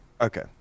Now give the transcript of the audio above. Okay